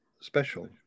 special